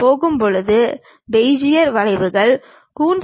C என்பது ஒரு செவ்வகம் போன்ற வடிவம் ஆகும்